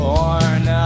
Born